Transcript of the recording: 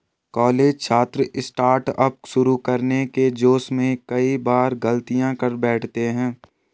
college छात्र startup शुरू करने के जोश में कई बार गलतियां कर बैठते हैं